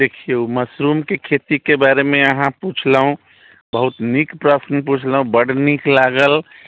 देखिऔ मशरूमके खेतीके बारेमे अहाँ पुछलहुँ बहुत नीक प्रश्न पुछलहुँ बड्ड नीक लागल